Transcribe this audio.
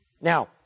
Now